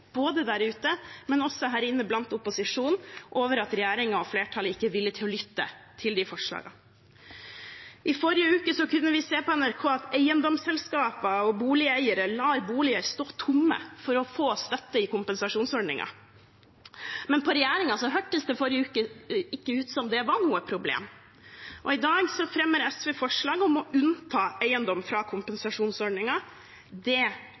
både der ute og her inne blant opposisjonen, over at regjeringen og flertallet ikke er villige til å lytte til de forslagene. I forrige uke kunne vi se på NRK at eiendomsselskaper og boligeiere lar boliger stå tomme for å få støtte fra kompensasjonsordningen, men på regjeringen hørtes det i forrige uke ikke ut som om det var noe problem. I dag fremmer SV forslag om å unnta eiendom fra kompensasjonsordningen. Det